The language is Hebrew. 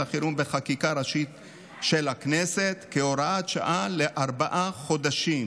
החירום בחקיקה ראשית של הכנסת כהוראת שעה לארבעה חודשים.